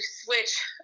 switch